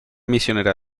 misionera